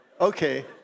Okay